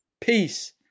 peace